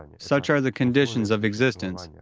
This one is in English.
such are the conditions of existence. yeah